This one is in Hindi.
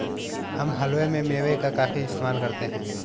हम हलवे में मेवे का काफी इस्तेमाल करते हैं